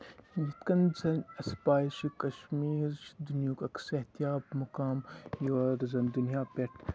یِتھ کَن زَن اَسہِ پاے چھِ کَشمیٖر چھُ دُنیاہُک اکھ صحت یاب مُکام یور زَن دُنیا پٮ۪ٹھ